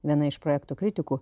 viena iš projekto kritikų